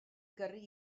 gyrru